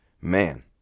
man